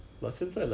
ya